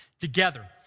together